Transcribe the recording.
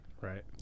Right